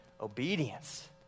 obedience